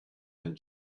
and